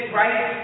right